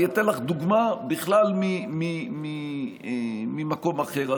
אני אתן לך דוגמה בכלל ממקום אחר.